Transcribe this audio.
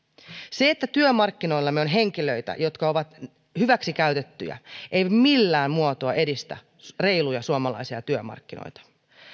se että työmarkkinoillamme on henkilöitä jotka ovat hyväksikäytettyjä ei millään muotoa edistä reiluja suomalaisia työmarkkinoita